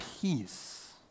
peace